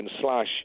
slash